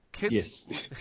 Yes